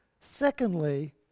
Secondly